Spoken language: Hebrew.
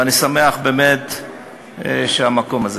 ואני שמח שהמקום הזה,